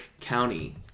County